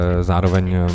zároveň